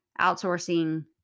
outsourcing